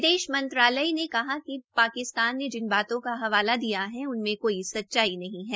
विदेश मंत्रालय ने कहा कि पाकिस्तान ने जिन बातों का हवाला दिया है उनमे कोई सच्चाई नहीं है